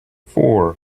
four